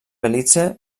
belize